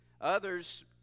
Others